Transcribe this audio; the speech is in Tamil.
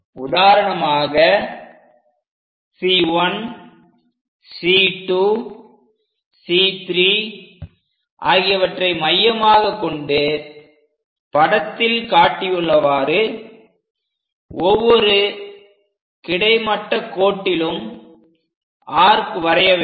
உதாரணமாக C1C2C3 ஆகியவற்றை மையமாகக்கொண்டு படத்தில் காட்டியுள்ளவாறு ஒவ்வொரு கிடைமட்ட கோட்டிலும் ஆர்க் வரைய வேண்டும்